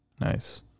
Nice